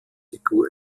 figur